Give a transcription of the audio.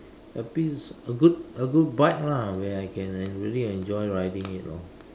a piece a good a good bike lah where I can en~ really enjoy riding it you know